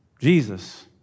Jesus